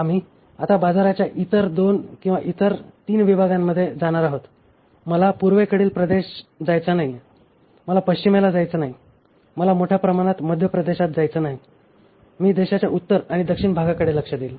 आम्ही आता बाजाराच्या इतर दोन किंवा इतर तीन विभागांमध्ये जाणार आहोत मला पूर्वेकडील प्रदेश जायचा नाही मला पश्चिमेला जायचे नाही मला मोठ्या प्रमाणात मध्य प्रदेशात जायचे नाही मी देशाच्या उत्तर आणि दक्षिण भागाकडे लक्ष देईन